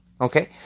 Okay